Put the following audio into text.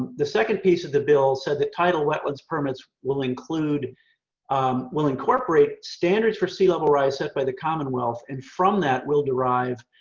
the second piece of the bill said that tidal wetlands permits will include um will incorporate standards for sea level rise set by the commonwealth and from that will derive